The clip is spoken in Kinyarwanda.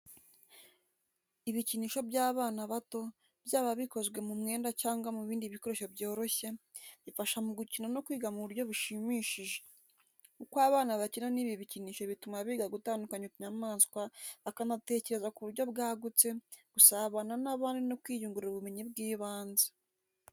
Ibikinisho by’abana bato, byaba ibikozwe mu mwenda cyangwa mu bindi bikoresho byoroshye, bifasha mu gukina no kwiga mu buryo bushimishije. Uko abana bakina n’ibi bikinisho bituma biga gutandukanya utunyamaswa bakanatekereza ku buryo bwagutse, gusabana n’abandi no kwiyungura ubumenyi bw’ibanze.